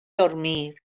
dormir